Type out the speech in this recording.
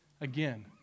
Again